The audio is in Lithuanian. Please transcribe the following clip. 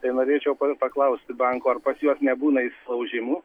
tai norėčiau paklausti banko ar pas juos nebūna įsilaužimų